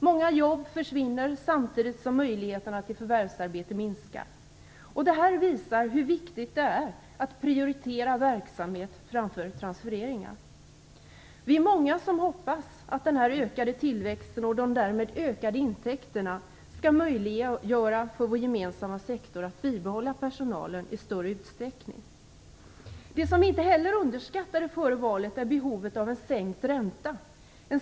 Många jobb försvinner, samtidigt som möjligheterna till förvärvsarbete minskar. Det här visar hur viktigt det är att prioritera verksamhet framför transfereringar. Vi är många som hoppas att den här ökade tillväxten och de därmed ökade intäkterna skall möjliggöra för vår gemensamma sektor att bibehålla personalen i större utsträckning. Det som inte heller underskattades före valet var behovet av en sänkt ränta.